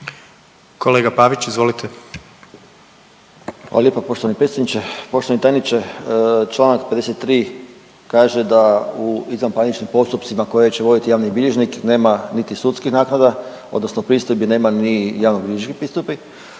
(Socijaldemokrati)** Hvala lijepo poštovani predsjedniče. Poštovani tajniče, članak 53. kaže da u izvanparničnim postupcima koje će voditi javni bilježnik nema niti sudskih naknada, odnosno pristojbi, nema ni javnobilježničkih pristojbi.